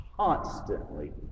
constantly